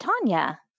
tanya